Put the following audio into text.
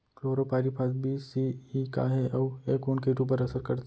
Chlorpyrifos बीस CE का हे अऊ ए कोन किट ऊपर असर करथे?